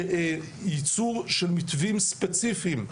לייצור של מתווים ספציפיים,